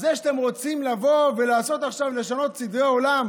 אז זה שאתם רוצים לשנות עכשיו סדרי עולם